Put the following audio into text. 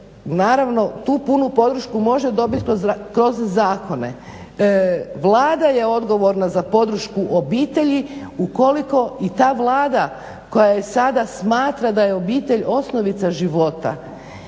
Naravno tu punu podršku može dobiti kroz zakone. Vlada je odgovorna za podršku obitelji ukoliko i ta Vlada koja je sada smatra da je obitelj osnovica života.